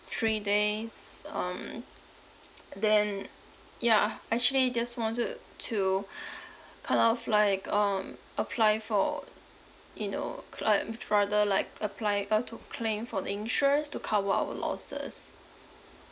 three days um then yeah actually just wanted to kind of like um apply for you know claims rather like apply uh to claim for the insurance to cover our losses